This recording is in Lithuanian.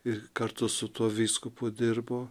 ir kartu su tuo vyskupu dirbo